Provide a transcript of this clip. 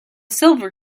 silver